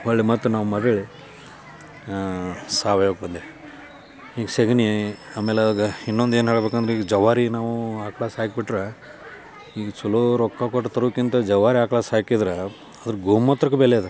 ಒಳ್ಳೆಯ ಮತ್ತೆ ನಾವು ಮರಳಿ ಸಾವಯವಕ್ಕೆ ಬಂದ್ವಿ ಈಗ ಸಗ್ಣಿ ಆಮೇಲೆ ಇನ್ನೊಂದು ಏನು ಹೇಳ್ಬೇಕಂದ್ರೆ ಈಗ ಜವಾರಿ ನಾವು ಆಕ್ಳು ಸಾಕ್ಬಿಟ್ರೆ ಈಗ ಚೊಲೋ ರೊಕ್ಕ ಕೊಟ್ಟು ತರೋಕ್ಕಿಂತ ಜವಾರಿ ಆಕ್ಳು ಸಾಕಿದ್ರೆ ಅದ್ರ ಗೋಮೂತ್ರಕ್ಕೆ ಬೆಲೆ ಇದೆ